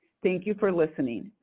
thank you for listening.